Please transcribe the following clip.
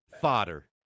Fodder